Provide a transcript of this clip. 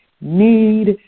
need